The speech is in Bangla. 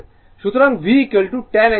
সুতরাং V 10 অ্যাঙ্গেল 30o